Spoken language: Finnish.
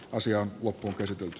asia on loppuunkäsitelty